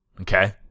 Okay